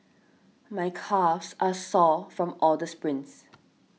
my calves are sore from all the sprints